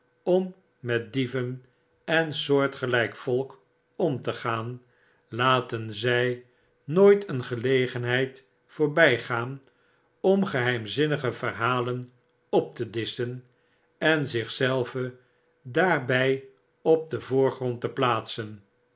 om met dieven en soortgelyk volkom te gaan laten zij nooit een gelegenheid voorbij gaan om geheimzinnige verhalen op te disschen en zich zelve daarbjj op den voorgrond te plaatsen